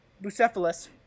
Bucephalus